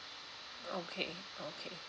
okay okay